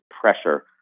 pressure